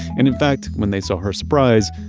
and in fact, when they saw her surprise,